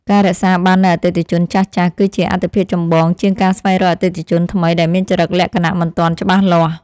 ការរក្សាបាននូវអតិថិជនចាស់ៗ គឺជាអាទិភាពចម្បងជាងការស្វែងរកអតិថិជនថ្មីដែលមានចរិតលក្ខណៈមិនទាន់ច្បាស់លាស់។